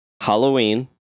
Halloween